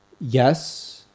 Yes